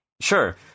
Sure